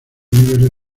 niveles